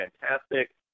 fantastic